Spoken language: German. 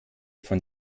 von